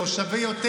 שחושבים,